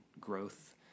growth